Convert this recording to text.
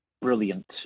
brilliant